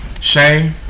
shay